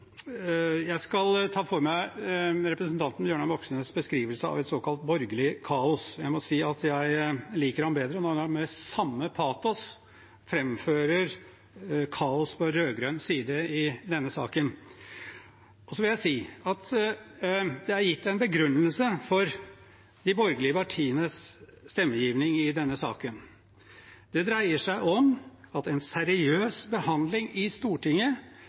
Jeg skal ta for meg representanten Bjørnar Moxnes’ beskrivelse av et såkalt borgerlig kaos. Jeg må si jeg liker ham bedre når han med samme patos framfører kaos på rød-grønn side i denne saken. Det er gitt en begrunnelse for de borgerlige partienes stemmegivning i denne saken. Det dreier seg om at en seriøs behandling i Stortinget